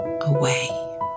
away